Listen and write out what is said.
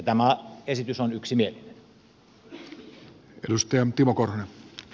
tämä esitys on yksimielinen